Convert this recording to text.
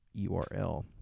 URL